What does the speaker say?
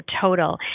total